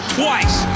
twice